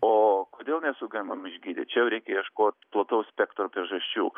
o kodėl nesugebam išgydyt čia jau reikia ieškot plataus spektro priežasčių